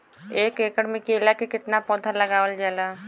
एक एकड़ में केला के कितना पौधा लगावल जाला?